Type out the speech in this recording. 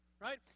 Right